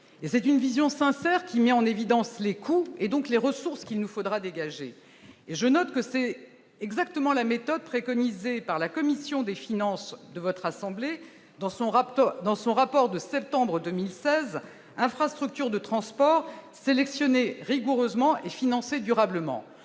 c'est une vision sincère qui met en évidence les coûts et donc les ressources qu'il nous faudra dégager et je note que c'est exactement la méthode préconisée par la commission des finances de votre assemblée, dans son rapport, dans son rapport de septembre 2016, infrastructures de transport sélectionner rigoureusement et financer durablement,